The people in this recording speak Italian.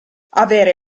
avere